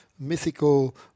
Mythical